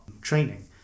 training